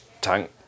tank